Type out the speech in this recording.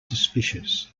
suspicious